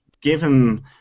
given